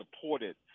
supported